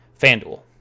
FanDuel